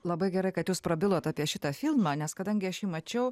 labai gerai kad jūs prabilot apie šitą filmą nes kadangi aš jį mačiau